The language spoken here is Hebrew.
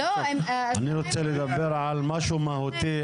אני רוצה לדבר על משהו מהותי.